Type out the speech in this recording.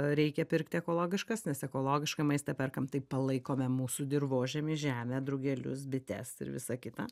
reikia pirkti ekologiškas nes ekologišką maistą perkam tai palaikome mūsų dirvožemį žemę drugelius bites ir visą kitą